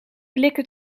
blikken